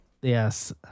Yes